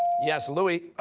yes, louis?